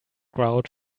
grout